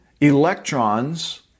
electrons